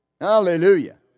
Hallelujah